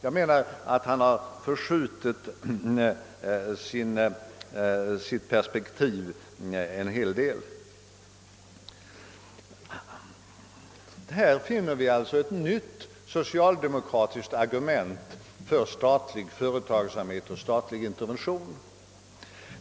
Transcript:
Jag menar att han har förskjutit sitt perspektiv en hel del. Här finner vi alltså ett nytt socialdemokratiskt argument för statlig företagsamhet och statlig intervention.